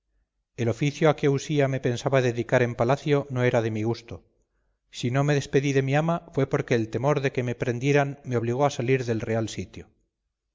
el oficio a que usía me pensaba dedicar en palacio no era de mi gusto si no me despedí de mi ama fue porque el temor de que me prendieran me obligó a salir del real sitio